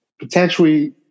potentially